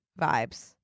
vibes